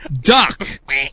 Duck